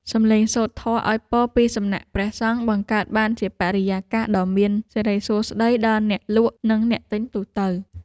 សម្លេងសូត្រធម៌ឱ្យពរពីសំណាក់ព្រះសង្ឃបង្កើតបានជាបរិយាកាសដ៏មានសិរីសួស្ដីដល់អ្នកលក់ និងអ្នកទិញទូទៅ។